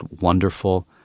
wonderful